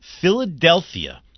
Philadelphia